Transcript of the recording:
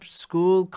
school